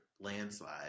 landslide